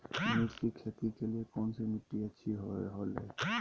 मिर्च की खेती के लिए कौन सी मिट्टी अच्छी होईला?